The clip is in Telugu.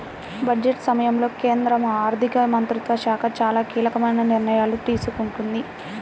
బడ్జెట్ సమయంలో కేంద్ర ఆర్థిక మంత్రిత్వ శాఖ చాలా కీలకమైన నిర్ణయాలు తీసుకుంది